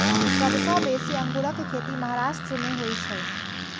सबसं बेसी अंगूरक खेती महाराष्ट्र मे होइ छै